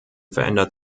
verändert